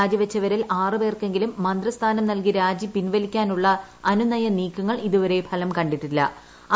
രാജി വച്ചവരിൽ ആറ് പ്പേർക്കെങ്കിലും മന്ത്രിസ്ഥാനം നൽകി രാജി പിൻവലിപ്പിക്കാനുള്ള അന്ദ്നയ നീക്കങ്ങൾ ഇതുവരെ ഫലം കണ്ടിട്ടില്ല്